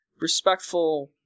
Respectful